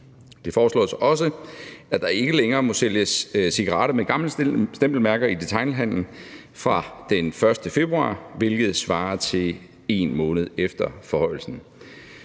Det foreslås også, at der ikke længere må sælges cigaretter med gamle stempelmærker i detailhandlen fra den 1. februar, hvilket svarer til 1 måned efter forhøjelsen.